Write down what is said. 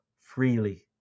freely